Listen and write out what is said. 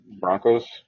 Broncos